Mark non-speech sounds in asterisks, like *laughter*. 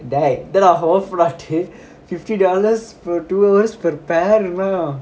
டேய்இதென்னடா:dei ithennada *laughs* fifty dollars for two of us per pair